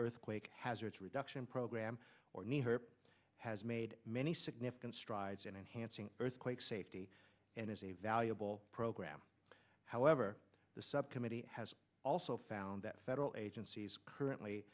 earthquake hazards reduction program or neither has made many significant strides in enhancing earthquake safety and is a valuable program however the subcommittee has also found that federal agencies currently